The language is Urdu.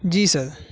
جی سر